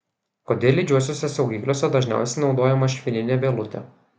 kodėl lydžiuosiuose saugikliuose dažniausiai naudojama švininė vielutė